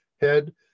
head